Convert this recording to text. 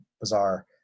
bizarre